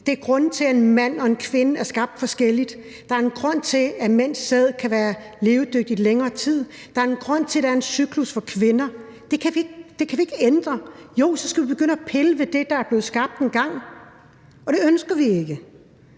Det er grunden til, at en mand og en kvinde er skabt forskelligt. Der er en grund til, at mænds sæd kan være levedygtig længere tid. Der er en grund til, at der er en cyklus for kvinder. Det kan vi ikke ændre. Jo, så skal vi begynde at pille ved det, der er blevet skabt engang, og det ønsker vi ikke.